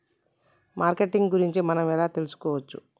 Marketing గురించి మనం ఎలా తెలుసుకోవచ్చు?